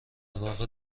واقع